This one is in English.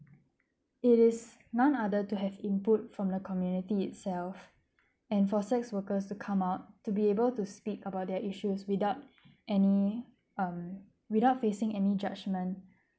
it is non other to have input from the community itself and for sex workers to come out to be able to speak about their issues without any um without facing any judgement